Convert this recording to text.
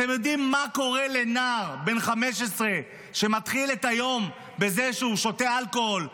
אתם יודעים מה קורה לנער בן 15 שמתחיל את היום בזה שהוא שותה אלכוהול,